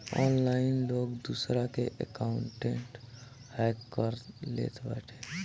online लोग दूसरा के अकाउंटवे हैक कर लेत बाटे